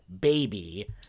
baby